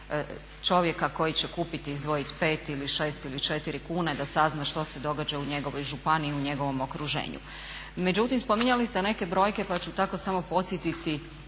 čovjeka koji će kupiti i izdvojiti 5 ili 6 ili 4 kune da sazna što se događa u njegovoj županiji u njegovom okruženju. Međutim spominjali ste neke brojke pa ću tako samo podsjetiti